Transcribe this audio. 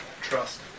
Trust